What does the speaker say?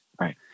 Right